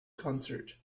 concert